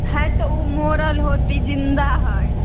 हय तऽ उ मरल होत ई जिन्दा हय